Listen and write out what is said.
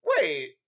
wait